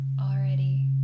already